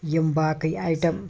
یِم باقٕے آیٹَم